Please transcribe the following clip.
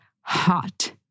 hot